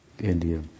India